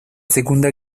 segunda